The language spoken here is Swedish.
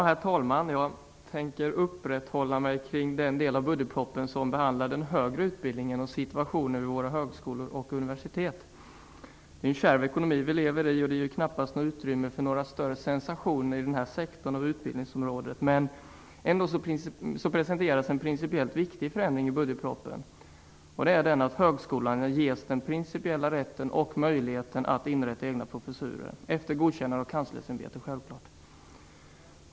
Herr talman! Jag tänker uppehålla mig kring den delen av budgetpropositionen som behandlar den högre utbildningen och situationen vid våra högskolor och universitet. Det är en kärv ekonomi vi lever i, och den ger knappast något utrymme för några större sensationer i denna sektor av utbildningsområdet. Men det presenteras ändå en prinicpiellt viktig förändring i budgetpropositionen. Det är att högskolan ges den principiella rätten och möjligheten att inrätta egna professurer, självfallet efter godkännande av Kanslersämbetet.